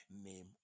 Name